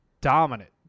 dominant